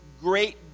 great